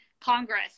congress